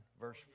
verse